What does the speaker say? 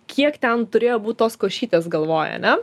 kiek ten turėjo būt tos košytės galvoj ane